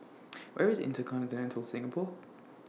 Where IS InterContinental Singapore